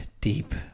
deep